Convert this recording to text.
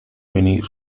venir